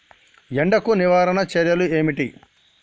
ఎండకు నివారణ చర్యలు ఏమిటి?